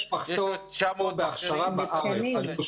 יש מחסור בהכשרה בארץ.